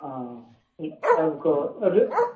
हँ आबि कऽ एबै